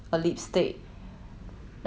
然后 from Y_S_L 的那个 lipstick